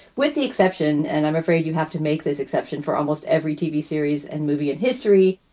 with the exception. and i'm afraid you have to make this exception for almost every tv series and movie in history.